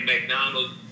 McDonald's